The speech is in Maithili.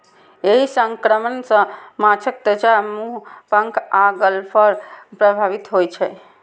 एहि संक्रमण सं माछक त्वचा, मुंह, पंख आ गलफड़ प्रभावित होइ छै